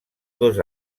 dos